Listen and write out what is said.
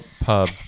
pub